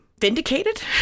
vindicated